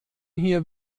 hier